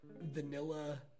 vanilla